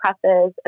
presses